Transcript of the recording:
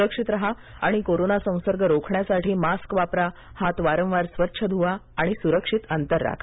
सुरक्षित राहा आणि कोरोना संसर्ग रोखण्यासाठी मास्क वापरा हात वारंवार स्वच्छ ध्वा आणि सुरक्षित अंतर राखा